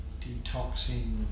detoxing